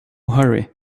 hurry